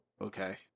okay